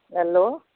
hello